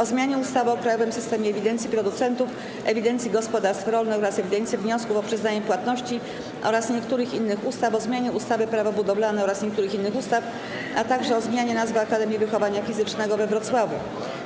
- o zmianie ustawy o krajowym systemie ewidencji producentów, ewidencji gospodarstw rolnych oraz ewidencji wniosków o przyznanie płatności oraz niektórych innych ustaw, - o zmianie ustawy - Prawo budowlane oraz niektórych innych ustaw, - o zmianie nazwy Akademii Wychowania Fizycznego we Wrocławiu.